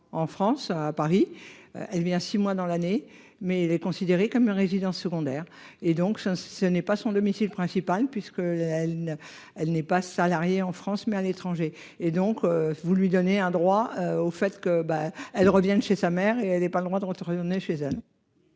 en France à Paris. Elle vient six mois dans l'année, mais il est considéré comme résidence secondaire et donc ce n'est pas son domicile principal puisque elle, elle n'est pas salarié en France mais à l'étranger et donc, vous lui donnez un droit au fait que ben elle revienne chez sa mère et elle n'est pas le droit de retourner chez elle.